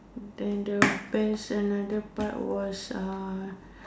then the best another part was uh